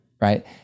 right